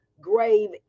grave